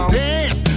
dance